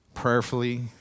prayerfully